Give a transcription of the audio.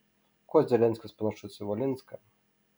kuo zelenskis panašus į valinską